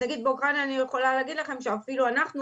אז באוקראינה אני יכולה להגיד לכם שאפילו אנחנו,